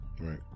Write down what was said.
Right